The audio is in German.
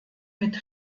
mit